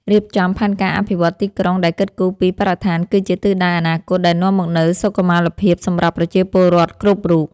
រៀបចំផែនការអភិវឌ្ឍទីក្រុងដែលគិតគូរពីបរិស្ថានគឺជាទិសដៅអនាគតដែលនាំមកនូវសុខុមាលភាពសម្រាប់ប្រជាពលរដ្ឋគ្រប់រូប។